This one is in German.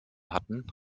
hatten